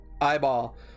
eyeball